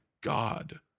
God